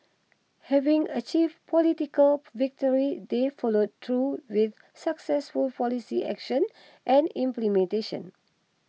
having achieved political victory they followed through with successful policy action and implementation